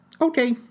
Okay